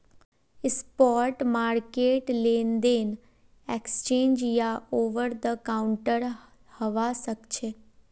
spot market लेनदेन exchange या over the counter हवा सक्छे